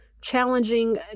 challenging